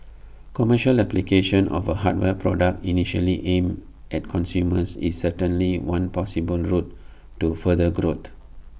commercial application of A hardware product initially aimed at consumers is certainly one possible route to further growth